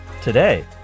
Today